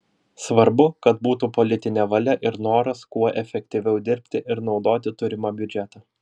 svarbu kad būtų politinė valia ir noras kuo efektyviau dirbti ir naudoti turimą biudžetą